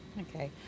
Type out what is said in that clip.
okay